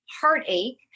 heartache